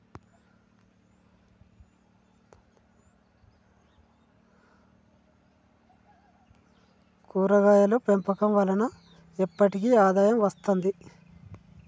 కూరగాయలు పెంపకం వలన ఎప్పటికి ఆదాయం వస్తది